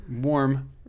warm